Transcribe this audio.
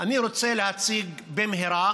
אני רוצה להציג במהירות